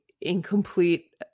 incomplete